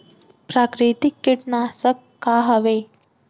प्राकृतिक कीटनाशक का हवे?